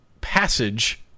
passage